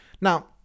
Now